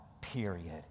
period